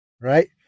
right